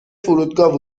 فرودگاه